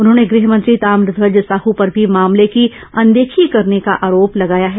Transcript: उन्होंने गृह मंत्री ताम्रध्वज साह पर भी मामले की अनदेखी करने का आरोप लगाया है